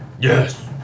Yes